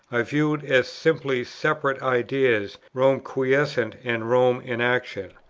i view as simply separate ideas, rome quiescent, and rome in action.